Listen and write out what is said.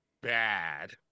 bad